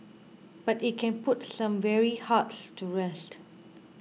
but it can put some weary hearts to rest